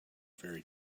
very